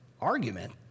argument